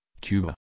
Cuba